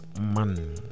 man